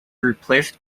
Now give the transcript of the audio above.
replaced